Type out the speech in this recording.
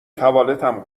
توالتم